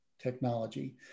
technology